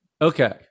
Okay